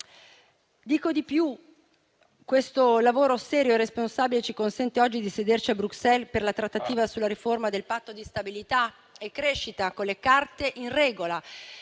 Dico di più: questo lavoro serio e responsabile ci consente oggi di sederci a Bruxelles, per la trattativa sulla riforma del Patto di stabilità e crescita, con le carte in regola.